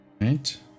Right